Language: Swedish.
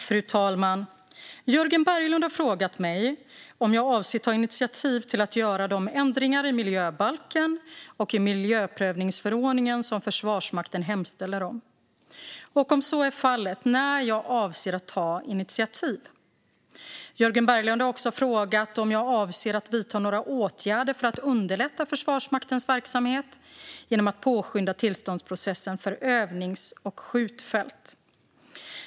Fru talman! Jörgen Berglund har frågat mig om jag avser att ta initiativ till att göra de ändringar i miljöbalken och miljöprövningsförordningen som Försvarsmakten hemställer om, och om så är fallet, när jag avser att ta initiativ. Jörgen Berglund har också frågat om jag avser att vidta några åtgärder för att underlätta för Försvarsmaktens verksamhet genom att påskynda tillståndsprocessen för övnings och skjutfält.